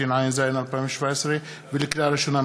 התשע"ז 2017. לקריאה ראשונה,